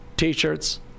t-shirts